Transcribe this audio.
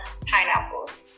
pineapples